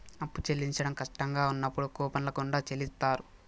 అప్పు చెల్లించడం కట్టంగా ఉన్నప్పుడు కూపన్ల గుండా చెల్లిత్తారు